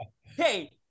Hey